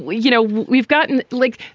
you know, we've gotten licked.